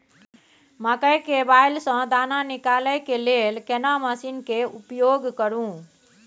मकई के बाईल स दाना निकालय के लेल केना मसीन के उपयोग करू?